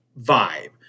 vibe